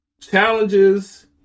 challenges